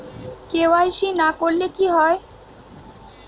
KYC না করলে কি হয়?